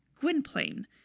Gwynplaine